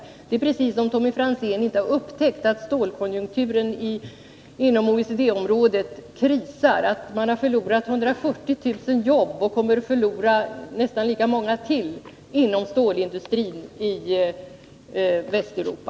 Det verkar precis som om Tommy Franzén inte har upptäckt att stålkonjunkturen inom OECD området är i kris, att man har förlorat 140 000 jobb och kommer att förlora nästa lika många till inom stålindustrin i Västeuropa.